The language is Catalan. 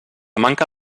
manca